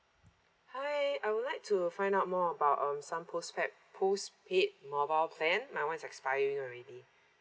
hi I would like to find out more about um some post postpaid mobile plan my one is expiring already